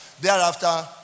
Thereafter